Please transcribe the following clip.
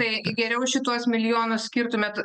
tai geriau šituos milijonus skirtumėt